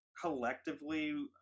collectively